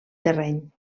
terreny